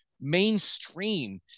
mainstream